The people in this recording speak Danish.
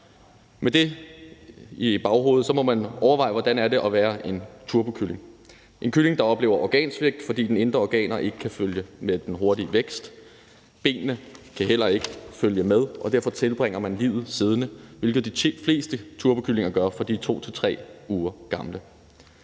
Med det i baghovedet må man overveje, hvordan det er at være en turbokylling. Det er en kylling, der oplever organsvigt, fordi dens indre organer ikke kan følge med den hurtige vækst. Benene kan heller ikke følge med, og derfor tilbringer den livet siddende, hvilket de fleste turbokyllinger gør, fra de er 2-3 uger gamle.